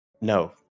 No